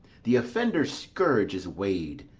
the offender's scourge is weigh'd,